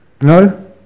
No